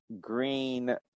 Green